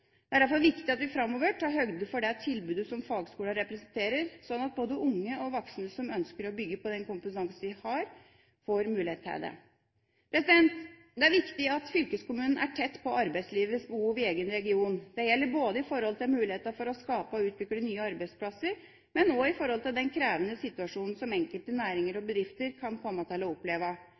Det er derfor viktig at vi framover tar høgde for det tilbudet som fagskolene representerer, slik at både unge og voksne som ønsker å bygge på den kompetansen de har, får mulighet til det. Det er viktig at fylkeskommunene er tett på arbeidslivets behov i egen region. Det gjelder i forhold til både mulighetene for å skape og utvikle nye arbeidsplasser og i forhold til den krevende situasjonen som enkelte næringer og bedrifter kan komme til å oppleve.